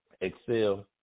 excel